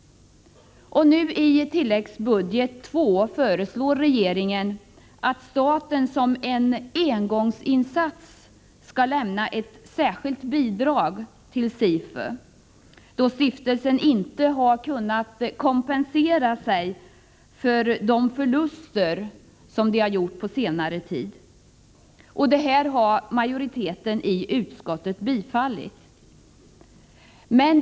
I tilläggsbudget II föreslår nu regeringen att staten som en engångsinsats skall lämna ett särskilt bidrag till SIFU, eftersom stiftelsen inte har kunnat kompensera sig för de förluster som stiftelsen har gjort under senare tid. Majoriteten i utskottet har bifallit regeringsförslaget.